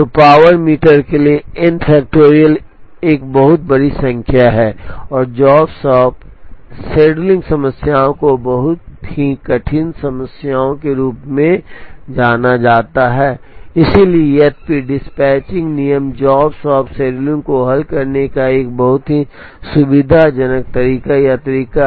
तो power meter के लिए n factorial एक बहुत बड़ी संख्या है और जॉब शॉप शेड्यूलिंग समस्याओं को बहुत ही कठिन समस्याओं के रूप में जाना जाता है इसलिए यद्यपि डिस्पैचिंग नियम जॉब शॉप शेड्यूलिंग को हल करने का एक बहुत ही सुविधाजनक तरीका या तरीका है